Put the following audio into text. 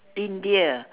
India